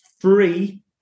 free